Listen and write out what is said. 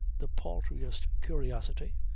the paltriest curiosity,